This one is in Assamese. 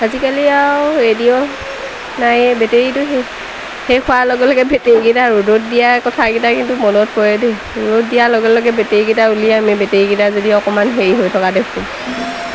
আজিকালি আৰু ৰেডিঅ' নাই বেটেৰীটো সেই শেষ হোৱাৰ লগে লগে বেটেৰীকেইটা ৰ'দত দিয়া কথাকেইটা কিন্তু মনত পৰে দেই ৰ'দত দিয়াৰ লগে লগে বেটেৰীকেইটা উলিয়াই আমি বেটেৰীকেইটা যদি অকণমান হেৰি হৈ থকা দেখো